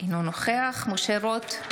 אינו נוכח משה רוט,